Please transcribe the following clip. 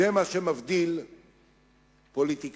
זה מה שמבדיל פוליטיקאי